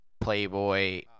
playboy